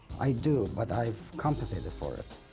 i do, but i've compensated for it.